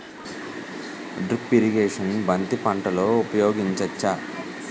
Drip irrigation బంతి పంటలో ఊపయోగించచ్చ?